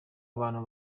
abantu